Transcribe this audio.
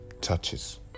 touches